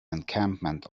encampment